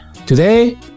Today